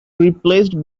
replaced